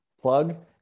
plug